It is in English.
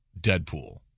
Deadpool